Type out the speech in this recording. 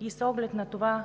и с оглед на